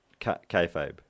Kayfabe